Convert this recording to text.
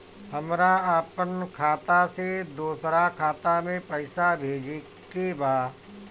हमरा आपन खाता से दोसरा खाता में पइसा भेजे के बा